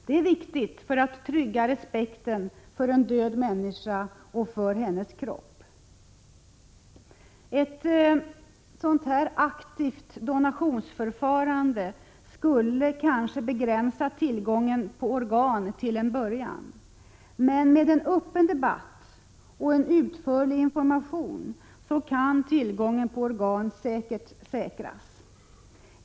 Det är viktigt för att trygga respekten för en död människa och för hennes kropp. Ett aktivt donations förfarande skulle kanske till en början begränsa tillgången på organ. Men = Prot. 1986/87:117 med en öppen debatt och en utförlig information kan tillgången på organ 6 maj 1987 säkerligen tryggas.